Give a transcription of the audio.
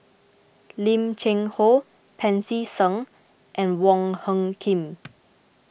Lim Cheng Hoe Pancy Seng and Wong Hung Khim